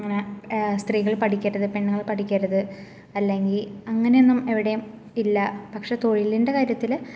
അങ്ങനെ സ്ത്രീകൾ പഠിക്കട്ടെത് പെണ്ണുങ്ങൾ പഠിക്കരുത് അല്ലെങ്കിൽ അങ്ങനെ എന്നും എവിടേയും ഇല്ല പക്ഷെ തൊഴിലിൻറ്റെ കാര്യത്തില്